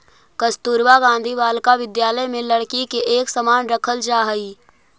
कस्तूरबा गांधी बालिका विद्यालय में लड़की के एक समान रखल जा हइ